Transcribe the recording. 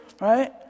right